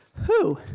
who?